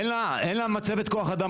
אין לה מספיק מצבת כוח אדם,